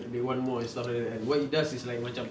they want more and stuff like that kan what it does it's like macam